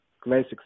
classic